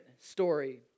story